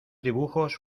dibujos